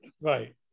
Right